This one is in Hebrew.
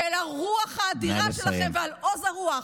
על הרוח האדירה שלכם ועל עוז הרוח.